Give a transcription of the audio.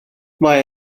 mae